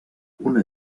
una